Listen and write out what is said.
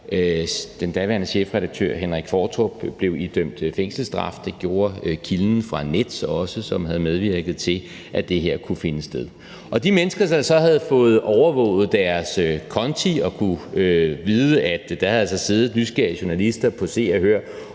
den daværende chefredaktør, Henrik Qvortrup, blev idømt fængselsstraf, og at det gjorde kilden fra Nets, som havde medvirket til, at det her kunne finde sted, også. De mennesker, der så havde fået overvåget deres konti, kunne vide, at der altså havde siddet nysgerrige journalister på Se og Hør